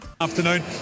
Afternoon